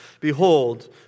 Behold